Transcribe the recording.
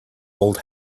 old